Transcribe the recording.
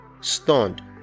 stunned